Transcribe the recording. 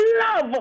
Love